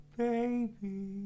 baby